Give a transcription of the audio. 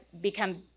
become